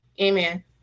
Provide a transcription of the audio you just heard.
amen